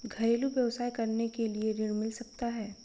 घरेलू व्यवसाय करने के लिए ऋण मिल सकता है?